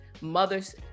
mothers